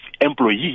employees